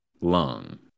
lung